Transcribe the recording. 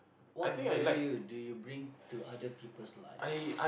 what value do you bring to other people's lives